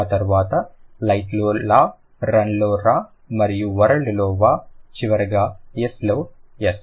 ఆ తర్వాత లైట్ లో లా రన్ లో రా మరియు వరల్డ్ లో వా చివరగా యస్ లో యస్